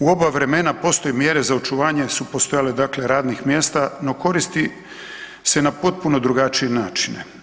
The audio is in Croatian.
U oba vremena postoje mjere za očuvanje, su postojale dakle radnih mjesta no koristi se na potpuno drugačije načine.